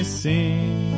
sing